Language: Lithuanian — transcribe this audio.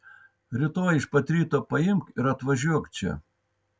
rytoj iš pat ryto paimk ir atvažiuok čia